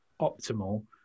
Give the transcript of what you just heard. optimal